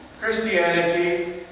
Christianity